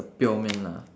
pure man lah